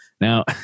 Now